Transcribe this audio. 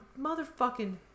motherfucking